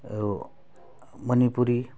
Manipuri